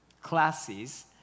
classes